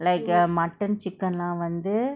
like err mutton chicken lah வந்து:vanthu